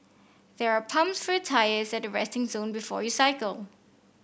there are pumps for tyres at the resting zone before you cycle